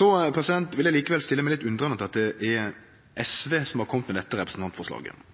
Eg vil likevel stille meg litt undrande til at det er SV som har kome med dette representantforslaget.